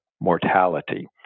mortality